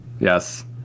Yes